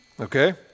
Okay